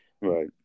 Right